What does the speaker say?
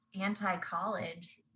anti-college